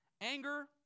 anger